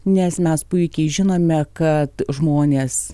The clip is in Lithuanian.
nes mes puikiai žinome kad žmonės